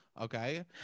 Okay